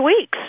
weeks